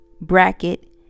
bracket